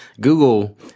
Google